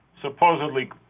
supposedly